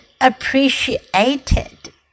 appreciated